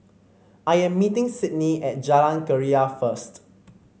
I am meeting Sidney at Jalan Keria first